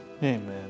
Amen